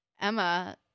Emma